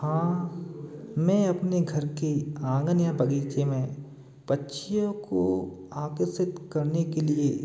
हाँ मैं अपने घर के आंगन या बगीचे में बच्चों को आकर्षित करने के लिए